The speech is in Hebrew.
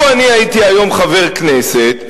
לו אני הייתי היום חבר כנסת,